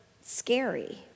scary